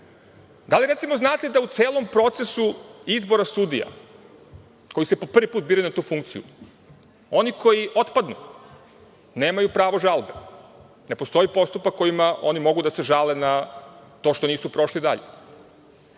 li recimo znate da u celom procesu izbora sudija koji se po prvi put biraju na tu funkciju. Oni koji otpadnu, nemaju pravo žalbe, ne postoji postupak kojima oni mogu da se žale na to što nisu prošli dalje.